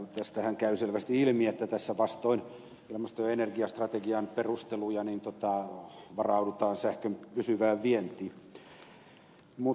eli tästähän käy selvästi ilmi että tässä vastoin ilmasto ja energia strategian perusteluja varaudutaan sähkön pysyvään vientiin